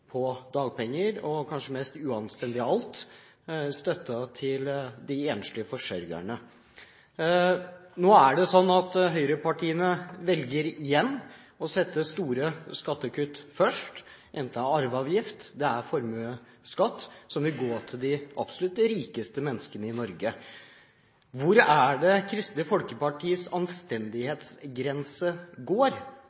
i dagpenger og – kanskje mest uanstendig av alt – i støtten til de enslige forsørgerne. Nå er det slik at høyrepartiene igjen velger å sette store skattekutt først, enten det er arveavgift eller formuesskatt, som vil gå til de absolutt rikeste menneskene i Norge. Hvor går Kristelig Folkepartis